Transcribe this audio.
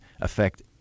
affect